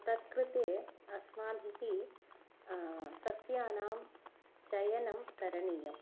तत् कृते अस्माभिः सस्यानां चयनं करणीयम्